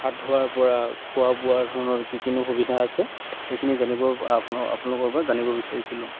হাত ধোৱাৰ পৰা খোৱা বোৱা ধৰণৰ কি কি নো সুবিধা আছে সেইখিনি জানিব আপোনালোকৰ পৰা জানিব বিচাৰিছিলোঁ